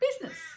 business